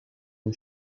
une